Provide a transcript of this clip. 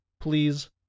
Please